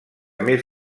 més